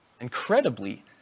incredibly